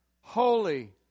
holy